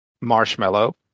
marshmallow